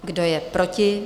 Kdo je proti?